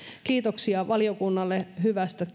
kiitoksia valiokunnalle hyvästä